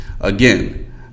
Again